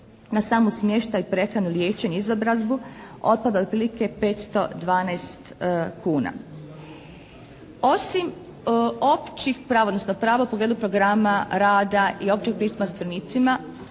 na sami smještaj, prehranu, liječenje i izobrazbu otpada otprilike 512 kuna. Osim općih prava odnosno prava u pogledu programa rada i općeg pristupa zatvorenicima